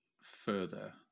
further